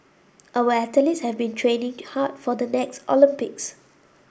our athletes have been training hard for the next Olympics